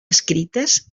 escrites